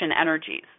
energies